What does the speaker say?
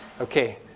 Okay